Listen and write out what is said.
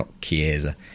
Chiesa